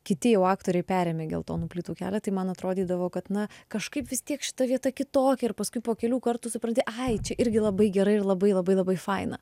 kiti jau aktoriai perėmė geltonų plytų kelią tai man atrodydavo kad na kažkaip vis tiek šita vieta kitokia ir paskui po kelių kartų supranti ai čia irgi labai gerai ir labai labai labai faina